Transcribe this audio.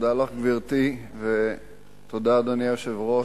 תודה לך, גברתי, ותודה, אדוני היושב-ראש.